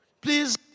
Please